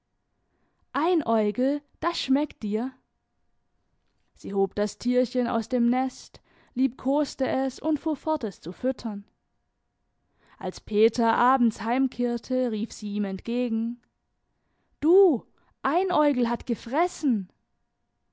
eva einäugel das schmeckt dir sie hob das tierchen aus dem nest liebkoste es und fuhr fort es zu füttern als peter abends heimkehrte rief sie ihm entgegen du einäugel hat gefressen